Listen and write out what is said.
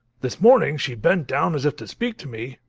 this morning she bent down as if to speak to me,